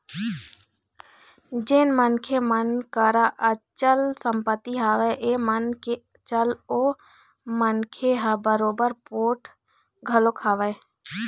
जेन मनखे मन करा अचल संपत्ति हवय ये मान के चल ओ मनखे ह बरोबर पोठ घलोक हवय